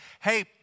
hey